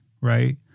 right